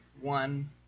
one